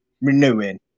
renewing